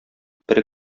бер